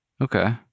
Okay